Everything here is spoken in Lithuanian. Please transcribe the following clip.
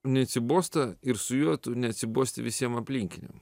neatsibosta ir su juo tu neatsibosti visiem aplinkiniam